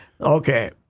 Okay